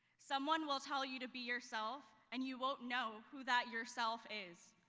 someone will tell you to be yourself and you won't know who that yourself is,